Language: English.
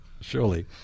surely